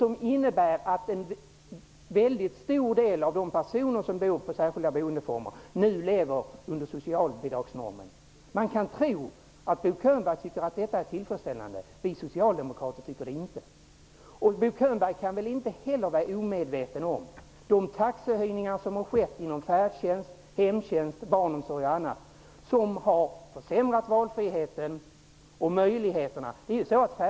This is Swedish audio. De innebär att en väldigt stor del av de personer som bor i särskilda boendeformer nu lever under socialbidragsnormen. Man kan tro att Bo Könberg tycker att detta är tillfredsställande. Vi socialdemokrater tycker inte det. Bo Könberg kan väl inte vara omedveten om de taxehöjningar som har skett inom t.ex. färdtjänst, hemtjänst, barnomsorg, vilka har försämrat valfriheten och möjligheterna.